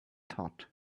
thought